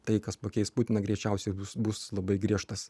tai kas pakeis putiną greičiausiai bus bus labai griežtas